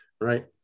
Right